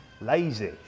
Lazy